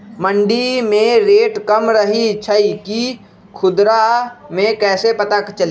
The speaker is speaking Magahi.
मंडी मे रेट कम रही छई कि खुदरा मे कैसे पता चली?